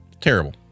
Terrible